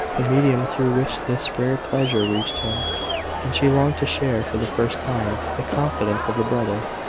the medium through which this rare pleasure reached him and she longed to share, for the first time, the confidence of a brother.